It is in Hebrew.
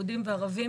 יהודים וערבים,